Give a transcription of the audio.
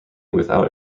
without